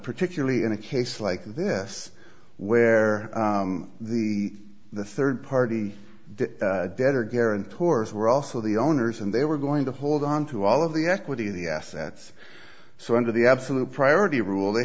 particularly in a case like this where the the third party the debtor guarantors were also the owners and they were going to hold on to all of the equity of the assets so under the absolute priority rule they